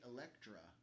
Electra